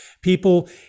people